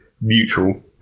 neutral